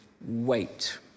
wait